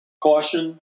caution